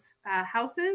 houses